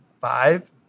five